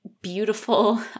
beautiful